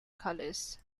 colors